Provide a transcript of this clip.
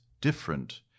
different